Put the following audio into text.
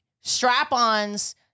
strap-ons